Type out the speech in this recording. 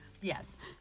Yes